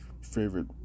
favorite